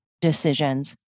decisions